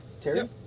Terry